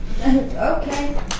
Okay